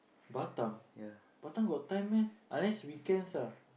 Batam Batam got time meh unless weekends ah